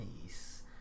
Nice